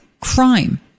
crime